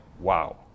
wow